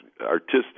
artistic